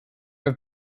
have